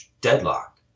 deadlock